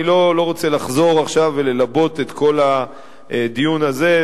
אני לא רוצה לחזור עכשיו וללבות את כל הדיון הזה,